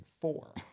four